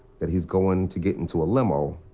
that he's going to get into a limo.